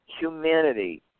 humanity